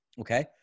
Okay